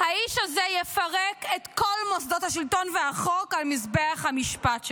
האיש הזה יפרק את כל מוסדות השלטון והחוק על מזבח המשפט שלו.